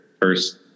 First